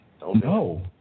No